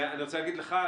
כי אני רוצה להגיד לך,